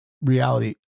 reality